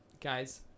Guys